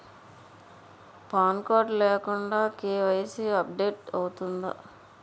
Pan card లేకుండా KYC update అవుతుందా?